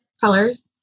Colors